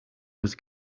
was